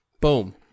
boom